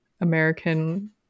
american